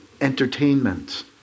entertainment